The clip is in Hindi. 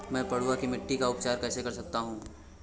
मैं पडुआ की मिट्टी का उपचार कैसे कर सकता हूँ?